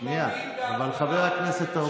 יושב-ראש הכנסת,